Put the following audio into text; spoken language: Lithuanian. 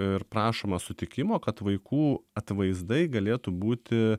ir prašoma sutikimo kad vaikų atvaizdai galėtų būti